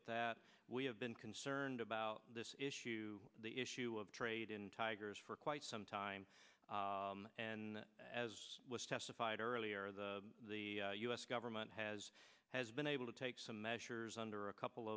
at that we have been concerned about this issue the issue of trade in tigers for quite some time and as was testified earlier the u s government has has been able to take some measures under a couple